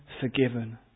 forgiven